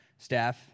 staff